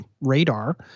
radar